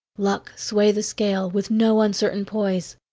luck sway the scale, with no uncertain poise.